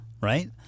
right